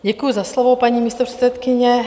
Děkuji za slovo, paní místopředsedkyně.